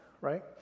right